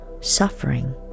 suffering